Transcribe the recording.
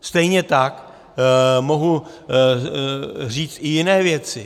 Stejně tak mohu říct i jiné věci.